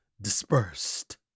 dispersed